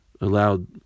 allowed